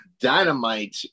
dynamite